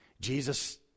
jesus